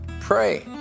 pray